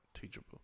teachable